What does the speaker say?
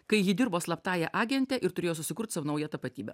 kai ji dirbo slaptąja agente ir turėjo susikurt sau naują tapatybę